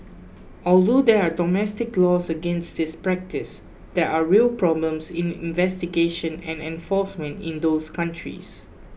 although there are domestic laws against this practice there are real problems in investigation and enforcement in those countries